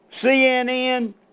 CNN